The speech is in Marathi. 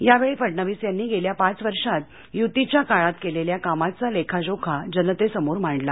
यावेळी फडणवीस यांनी गेल्या पाच वर्षात यूतीच्या काळात केलेल्या कामाचा लेखाजोखा जनतेसमोर मांडला